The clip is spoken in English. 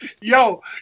Yo